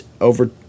over